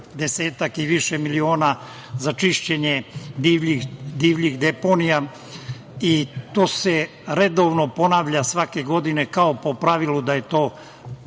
i više miliona za čišćenje divljih deponija i to se redovno ponavlja svake godine, kao po pravilu, da je to